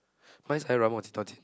mine is either ramen or